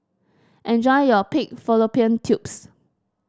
enjoy your Pig Fallopian Tubes